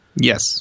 Yes